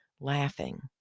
laughing